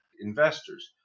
investors